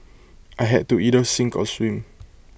I had to either sink or swim